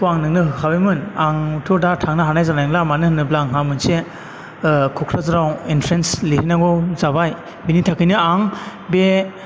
खौ आं नोंनो होखादोंमोन आंथ' दा थांनाय जानाय नंला मानो होनोब्ला आंहा मोनसे कक्राझाराव इन्ट्रेन्स लिरैनांगौ जाबाय बेनि थाखायनो आं बे